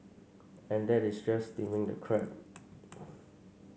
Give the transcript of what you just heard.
and that is just steaming the crab